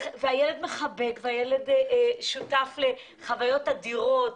כשהילד מחבק את בעל החיים הוא שותף לחוויות אדירות.